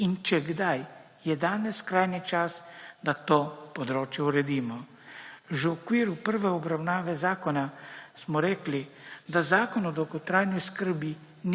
in če kdaj, je danes skrajni čas, da to področje uredimo. Že v okviru prve obravnave zakona smo rekli, da zakon o dolgotrajni oskrbi